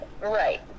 Right